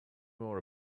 more